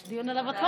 יש דיון על הוותמ"ל.